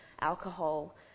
alcohol